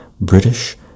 British